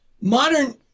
modern